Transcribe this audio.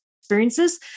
experiences